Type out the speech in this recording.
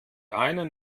einen